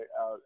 out